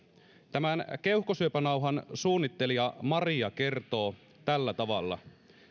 tämän keuhkosyöpänauhan suunnittelija maria kertoo tällä tavalla